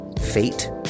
fate